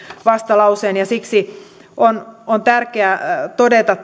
vastalauseen siksi on todellakin tärkeää todeta